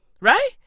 Right